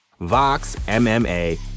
VOXMMA